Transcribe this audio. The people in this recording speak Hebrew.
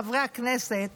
חברי הכנסת,